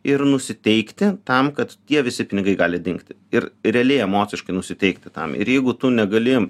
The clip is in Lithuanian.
ir nusiteikti tam kad tie visi pinigai gali dingti ir realiai emociškai nusiteikti tam ir jeigu tu negali